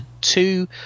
two